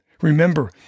Remember